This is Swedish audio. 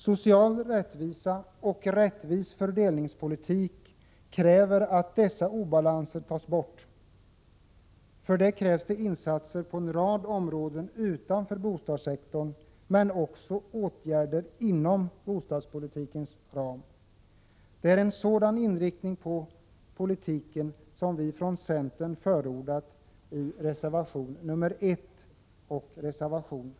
Social rättvisa och rättvis fördelningspolitik kräver att dessa obalanser tas bort. För detta erfordras insatser på en rad områden utanför bostadssektorn men också åtgärder inom bostadspolitikens ram. Det är en sådan inriktning på politiken som vi från centern förordat i reservationerna nr 1 och 7.